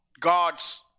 God's